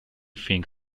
think